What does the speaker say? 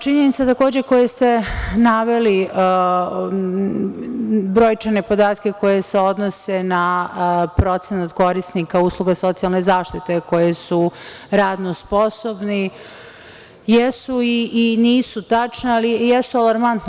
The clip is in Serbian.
Činjenica takođe koje ste naveli - brojčane podatke koje se odnose na procenat korisnika usluga socijalne zaštite koji su radno sposobni jesu i nisu tačna, ali i jesu alarmantna.